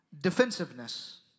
Defensiveness